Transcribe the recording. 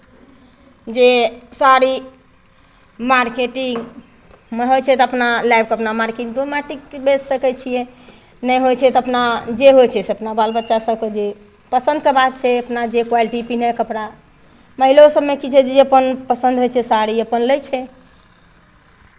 जे साड़ी मार्केटिंगमे होइ छै तऽ अपना लाबि कऽ अपना मार्केट गाँवके मार्केटमे बेचि सकै छियै नहि होइ छै तऽ अपना जे होइ छै से अपना बाल बच्चा सभके जे पसन्दके बात छै अपना जे क्वालिटी पेन्है कपड़ा महिलो सभमे की छै जे अपन पसन्द होइ छै साड़ी अपन लै छै